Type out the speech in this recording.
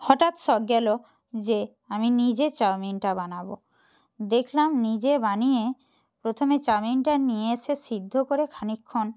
হঠাৎ শখ গেল যে আমি নিজে চাউমিনটা বানাবো দেখলাম নিজে বানিয়ে প্রথমে চাউমিনটা নিয়ে এসে সিদ্ধ করে খানিকক্ষণ